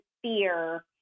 fear